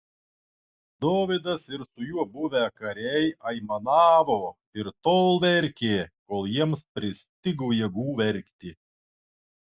dovydas ir su juo buvę kariai aimanavo ir tol verkė kol jiems pristigo jėgų verkti